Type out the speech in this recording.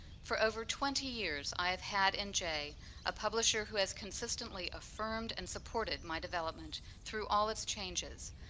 for over twenty years i have had in jay a publisher who has consistently affirmed and supported my development through all its changes,